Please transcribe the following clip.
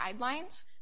guidelines